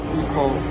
equal